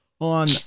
on